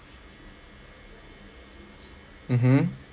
mmhmm